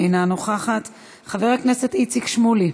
אינה נוכחת, חבר הכנסת איציק שמולי,